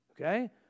Okay